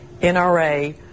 NRA